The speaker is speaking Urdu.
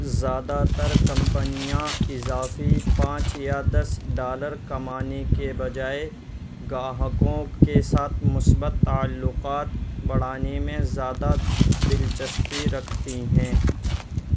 زیادہ تر کمپنیاں اضافی پانچ یا دس ڈالر کمانے کے بجائے گاہکوں کے ساتھ مثبت تعلقات بڑھانے میں زیادہ دلچسپی رکھتی ہیں